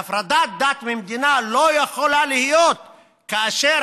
והפרדת דת ומדינה לא יכולה להיות כאשר